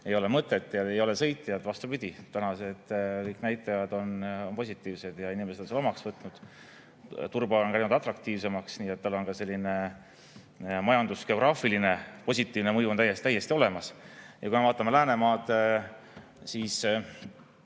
ei ole mõtet, ei ole sõitjad. Vastupidi, kõik praegused näitajad on positiivsed, inimesed on selle omaks võtnud. Turba on läinud atraktiivsemaks, nii et tal on ka selline majandusgeograafiline positiivne mõju täiesti olemas. Ja kui me vaatame Läänemaad, siis